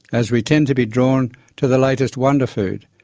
as we tend to be drawn to the latest wonder food,